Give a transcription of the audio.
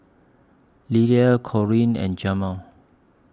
Lilla Corrine and Jamel